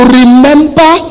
remember